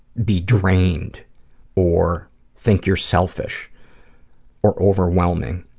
be drained or think you're selfish or overwhelming.